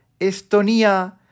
Estonia